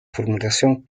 formulación